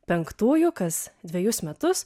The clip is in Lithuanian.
penktųjų kas dvejus metus